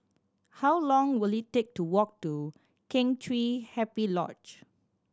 how long will it take to walk to Kheng Chiu Happy Lodge